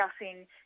discussing